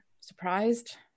surprised